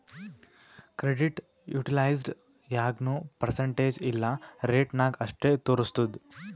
credit utilized ಯಾಗ್ನೂ percentage ಇಲ್ಲಾ rate ನಾಗ್ ಅಷ್ಟೇ ತೋರುಸ್ತುದ್